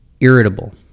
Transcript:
irritable